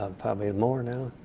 um probably and more now.